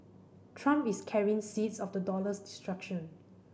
Trump is carrying seeds of the dollar's destruction